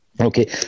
Okay